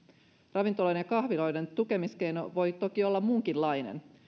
ravintoloiden ja kahviloiden tukemiskeino voi toki olla muunkinlainen